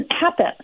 happen